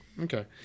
Okay